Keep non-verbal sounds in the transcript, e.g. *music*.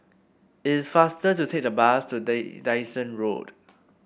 it's faster to take the bus to *unintelligible* Dyson Road